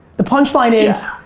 the punchline is,